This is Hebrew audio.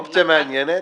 אופציה מעניינית.